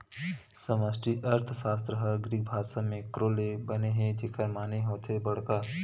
समस्टि अर्थसास्त्र ह ग्रीक भासा मेंक्रो ले बने हे जेखर माने होथे बड़का